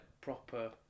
proper